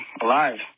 alive